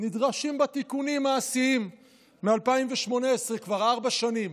נדרשים בה תיקונים מעשיים מ-2018, כבר ארבע שנים.